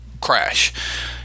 crash